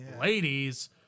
ladies